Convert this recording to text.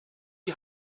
die